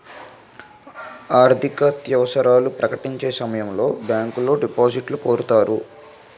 ఆర్థికత్యవసరాలు ప్రకటించే సమయంలో బ్యాంకులో డిపాజిట్లను కోరుతాయి